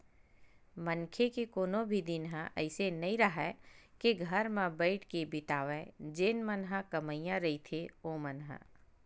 मनखे के कोनो भी दिन ह अइसे नइ राहय के घर म बइठ के बितावय जेन मन ह कमइया रहिथे ओमन ह